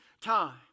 time